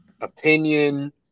opinion